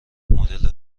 مدل